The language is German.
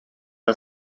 der